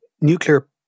nuclear